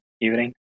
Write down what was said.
evening